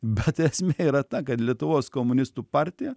bet esmė yra ta kad lietuvos komunistų partija